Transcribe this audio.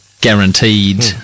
guaranteed